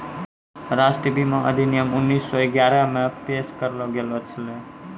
राष्ट्रीय बीमा अधिनियम उन्नीस सौ ग्यारहे मे पेश करलो गेलो छलै